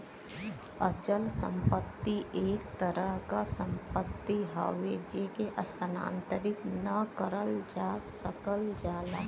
अचल संपत्ति एक तरह क सम्पति हउवे जेके स्थानांतरित न करल जा सकल जाला